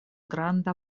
granda